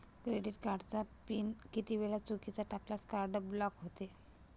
Credit कार्डचा pin किती वेळा चुकीचा टाकल्यास कार्ड ब्लॉक होते?